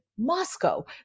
Moscow